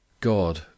God